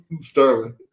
Sterling